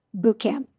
bootcamp